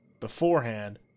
beforehand